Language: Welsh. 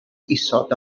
isod